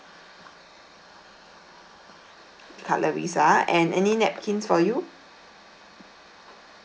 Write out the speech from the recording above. cutleries ah and any napkins for you